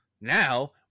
now